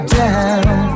down